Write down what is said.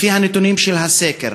לפי הנתונים של הסקר,